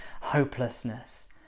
hopelessness